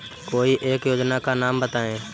कोई एक योजना का नाम बताएँ?